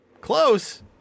Close